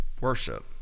worship